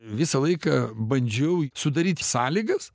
visą laiką bandžiau sudaryti sąlygas